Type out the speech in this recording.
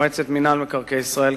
הכוונה למועצת מינהל מקרקעי ישראל,